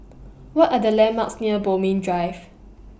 What Are The landmarks near Bodmin Drive